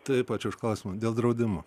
taip ačių už klausimą dėl draudimo